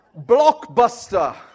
Blockbuster